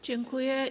Dziękuję.